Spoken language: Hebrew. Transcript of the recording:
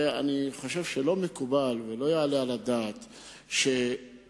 אני חושב שלא מקובל ולא יעלה על הדעת שבאים